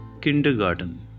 Kindergarten